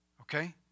okay